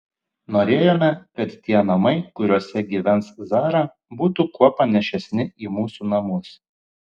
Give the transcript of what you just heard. norėjome kad tie namai kuriuose gyvens zara būtų kuo panašesni į mūsų namus